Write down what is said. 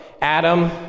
Adam